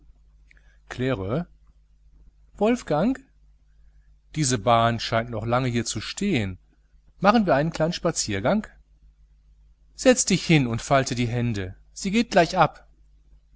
claire wolfgang diese bahn scheint noch lange hier zu stehen machen wir einen kleinen spaziergang setz dich hin und falte die hände sie geht gleich ab